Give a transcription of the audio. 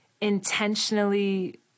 intentionally